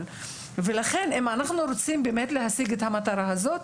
לכן אם אנחנו רוצים להשיג את המטרה הזאת,